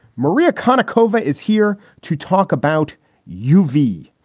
maria konnikova is here to talk about u. v.